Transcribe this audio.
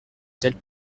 telle